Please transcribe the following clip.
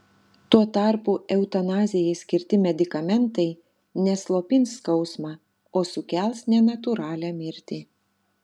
tuo tarpu eutanazijai skirti medikamentai ne slopins skausmą o sukels nenatūralią mirtį